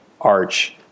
arch